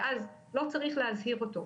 ואז לא צריך להזהיר אותו,